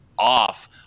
Off